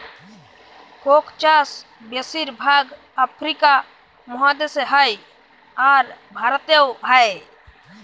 Coke চাষ বেশির ভাগ আফ্রিকা মহাদেশে হ্যয়, আর ভারতেও হ্য়য়